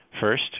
First